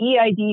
EID